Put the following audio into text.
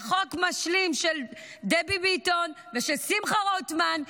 חוק משלים של דבי ביטון ושל שמחה רוטמן,